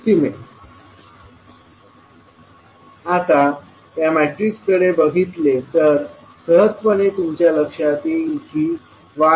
625S आता या मॅट्रिक्सकडे बघितले तर सहजपणे तुमच्या लक्षात येईल की y12y21आहे